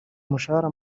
mushahara